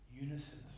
unison